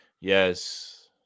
Yes